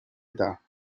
età